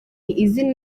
izina